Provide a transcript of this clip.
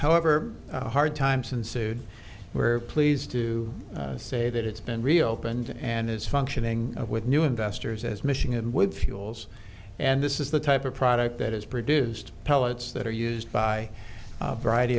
however hard times ensued we're pleased to say that it's been reopened and it's functioning with new investors as michigan with fuels and this is the type of product that is produced pellets that are used by variety